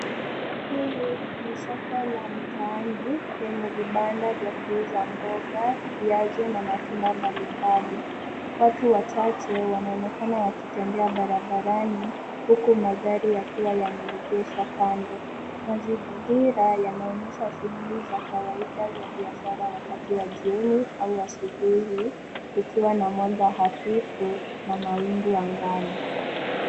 Hili ni soko la mtaani yenye vibanda vya kuuza mboga, viazi na matunda mbalimbali. Watu wachache wanaonekana wakitembea barabarani huku magari yakiwa yameegeshwa kando. Mazingira yanaonyesha shughuli za kawaida za biashara wakati wa jioni au asubuhi kukiwa na mwanga hafifu na mawingu ya mbali.